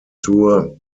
tour